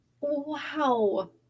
Wow